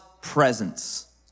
presence